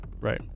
Right